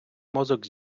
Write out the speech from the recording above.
мозок